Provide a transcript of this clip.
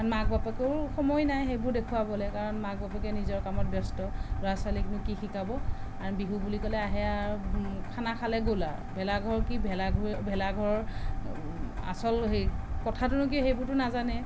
মাক বাপেকৰো সময় নাই সেইবোৰ দেখুৱাবলৈ কাৰণ মাক বাপেকে নিজৰ কামত ব্যস্ত ল'ৰা ছোৱালীকনো কি শিকাব বিহু বুলি ক'লে আহে আৰু খানা খালে গ'ল আৰু ভেলাঘৰ কি ভেলাঘৰ ভেলাঘৰ আচল সেই কথাটোনো কি সেইবোৰটো নাজানে